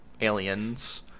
Aliens